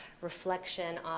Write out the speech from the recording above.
reflection